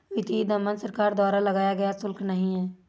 वित्तीय दमन सरकार द्वारा लगाया गया शुल्क नहीं है